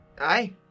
Aye